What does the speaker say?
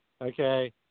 Okay